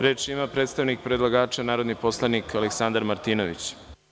Reč ima predstavnik predlagača, narodni poslanik Aleksandar Martinović.